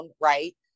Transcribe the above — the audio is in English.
right